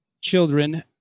children